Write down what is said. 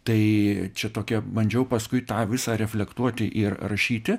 tai čia tokia bandžiau paskui tą visą reflektuoti ir rašyti